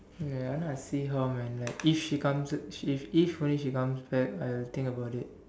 ya I know I see how man like if she comes if only she comes back I'll think about it